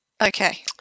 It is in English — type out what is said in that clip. Okay